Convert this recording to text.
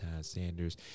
sanders